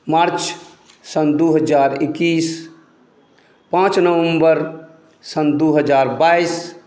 मार्च सन दू हजार एकैस पाँच नवम्बर सन दू हजार बाइस